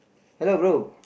hello bro